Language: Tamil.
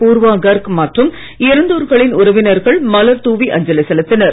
பூர்வாகர்க்மற்றும்இறந்தோர்களின்உற வினர்கள்மலர்தூவிஅஞ்சலிசெலுத்தினர்